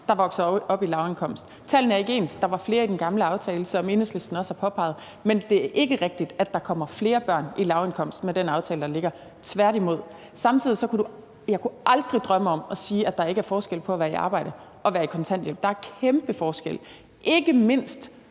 der vokser op i lavindkomstgruppen. Tallene er ikke ens. Der var flere i den gamle aftale, hvilket Enhedslisten også har påpeget, men det er ikke rigtigt, at der kommer flere børn i lavindkomstgruppen med den aftale, der ligger, tværtimod. Jeg kunne aldrig drømme om at sige, at der ikke er forskel på at være i arbejde og være på kontanthjælp. Der er kæmpe forskel, ikke mindst